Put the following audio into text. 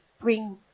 bring